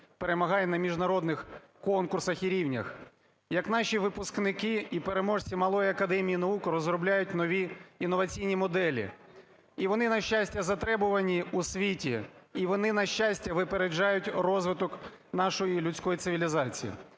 перемагають на міжнародних конкурсах і рівнях, як наші випускники і переможці Малої академії наук розробляють нові інноваційні моделі. І вони, на щастя, затребувані у світі. І вони, на щастя, випереджають розвиток нашої людської цивілізації.